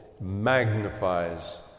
magnifies